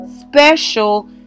special